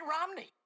Romney